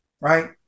Right